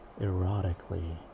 erotically